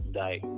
die